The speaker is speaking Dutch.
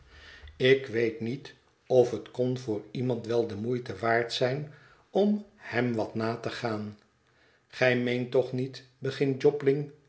ik weet niet of het kon voor iemand wel de moeite waard zijn om hem wat na te gaan gij meent toch niet begint jobling